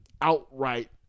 outright